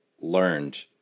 learned